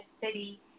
city